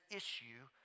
issue